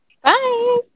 Bye